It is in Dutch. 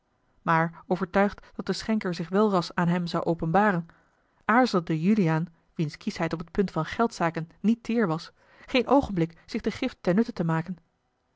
aar overtuigd dat de schenker zich welras aan hem zou openbaren aarzelde juliaan wiens kieschheid op het punt van geldzaken niet teêr was geen oogenblik zich de gift ten nutte te maken